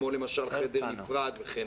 כמו חדר נפרד וכן